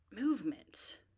movement